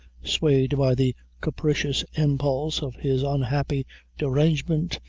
swayed by the capricious impulse of his unhappy derangement,